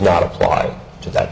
not apply to that